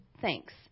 thanks